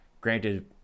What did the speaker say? Granted